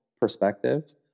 perspective